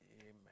Amen